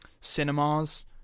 Cinemas